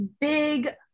big